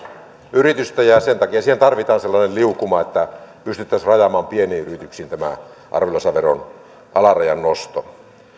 yritystä ja ja sen takia siihen tarvitaan sellainen liukuma että pystyttäisiin rajaamaan pieniin yrityksiin tämä arvonlisäveron alarajan nosto